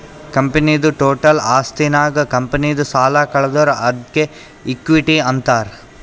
ಕಂಪನಿದು ಟೋಟಲ್ ಆಸ್ತಿನಾಗ್ ಕಂಪನಿದು ಸಾಲ ಕಳದುರ್ ಅದ್ಕೆ ಇಕ್ವಿಟಿ ಅಂತಾರ್